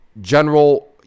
general